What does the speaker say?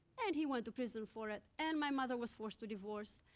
and he went to prison for it, and my mother was forced to divorce,